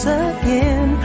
again